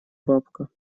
бабка